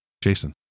Jason